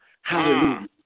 Hallelujah